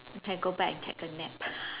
you can go back and take a nap